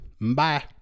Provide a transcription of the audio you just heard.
Bye